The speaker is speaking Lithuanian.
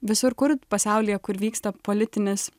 visur kur pasaulyje kur vyksta politinis